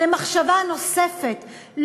למחשבה נוספת,